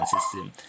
system